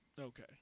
Okay